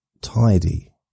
tidy